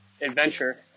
adventure